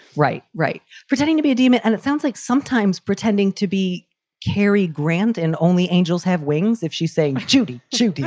right right. pretending to be a demon. and it sounds like sometimes pretending to be carrie. and only angels have wings. if she's saying judy. judy,